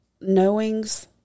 knowings